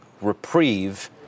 reprieve